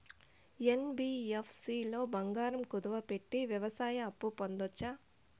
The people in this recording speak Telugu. యన్.బి.యఫ్.సి లో బంగారం కుదువు పెట్టి వ్యవసాయ అప్పు పొందొచ్చా?